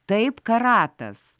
taip karatas